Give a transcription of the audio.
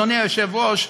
אדוני היושב-ראש,